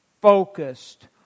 focused